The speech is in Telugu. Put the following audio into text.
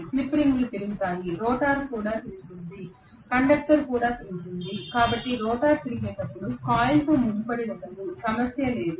స్లిప్ రింగులు తిరుగుతాయి రోటర్ తిరుగుతుంది కండక్టర్ కూడా తిరుగుతుంది కాబట్టి రోటర్ తిరిగేటప్పుడు కాయిల్తో ముడిపడి ఉండదు సమస్య లేదు